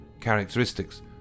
characteristics